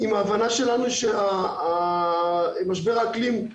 ההבנה שלנו שמשבר האקלים,